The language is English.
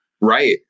Right